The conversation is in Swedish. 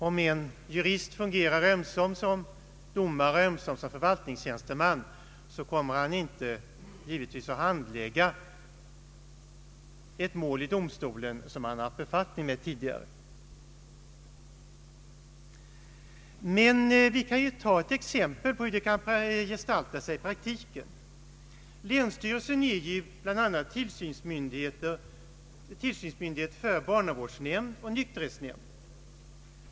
Om en jurist fungerar ömsom som domare, ömsom som förvaltningstjänsteman, kommer han givetvis inte att handlägga ett mål i domstolen som han har haft befattning med tidigare. Jag kan dock ge ett exempel på hur det kan komma att gestalta sig i praktiken. Länsstyrelsen är bl.a. tillsynsmyndighet för barnavårdsnämnd och nykterhetsnämnd.